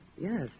Yes